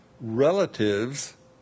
Relatives